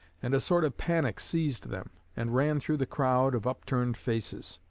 and a sort of panic seized them, and ran through the crowd of upturned faces.